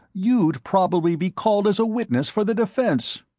you'd probably be called as a witness for the defense!